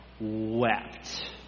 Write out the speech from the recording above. wept